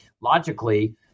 logically